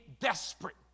desperate